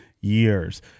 years